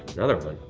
another one.